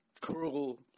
cruel